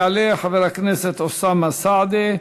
יעלה חבר הכנסת אוסאמה סעדי,